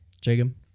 Jacob